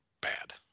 bad